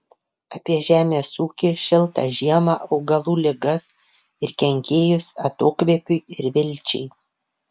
apie žemės ūkį šiltą žiemą augalų ligas ir kenkėjus atokvėpiui ir vilčiai